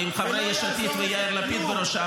ואם חברי יש עתיד ויאיר לפיד בראשם,